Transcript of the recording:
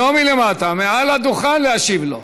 לא מלמטה, מעל הדוכן, להשיב לו.